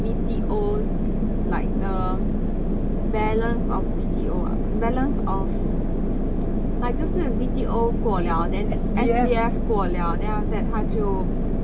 B_T_O like the balance of B_T_O ah balance of like 就是 B_T_O 过 liao then S_B_F 过 liao then after that 他就